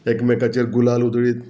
एकमेकाचेर गुलाल उदळीत